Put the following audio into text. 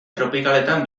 tropikaletan